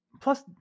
plus